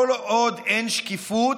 כל עוד אין שקיפות,